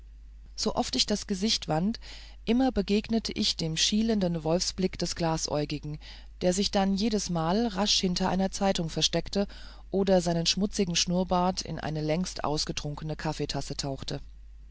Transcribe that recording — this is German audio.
oft ich das gesicht wandte immer begegnete ich dem schielenden wolfsblick des glasäugigen der sich dann jedesmal rasch hinter eine zeitung versteckte oder seinen schmutzigen schnurrbart in die langst ausgetrunkene kaffeetasse tauchte